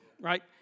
right